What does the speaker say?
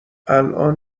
الان